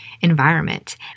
environment